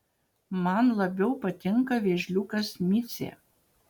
man labiau patinka vėžliukas micė